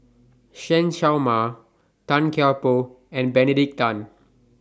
Chen Show Mao Tan Kian Por and Benedict Tan